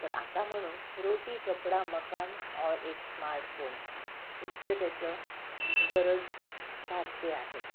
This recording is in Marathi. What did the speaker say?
तर आता म्हणू रोटी कपडा मकान और एक स्मार्टफोन इतकं त्याचं गरज भासते आहे